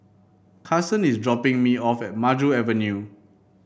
Carsen is dropping me off at Maju Avenue